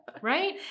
Right